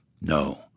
No